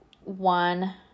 one